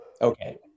Okay